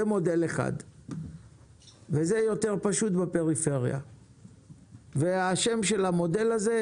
זה מודל שיותר פשוט בפריפריה והשם של המודל הוא: